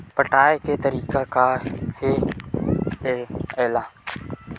पटाय के तरीका का हे एला?